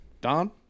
Don